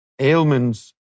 ailments